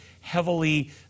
heavily